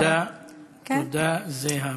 תודה, זֱהבה.